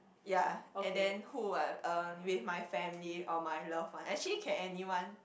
ya and then who ah uh with my family or my loved one actually can anyone